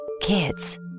Kids